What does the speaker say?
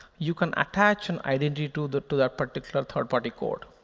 you can attach an identity to that to that particular third party code.